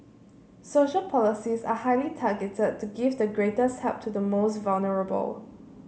social policies are highly targeted to give the greatest help to the most vulnerable